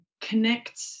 connect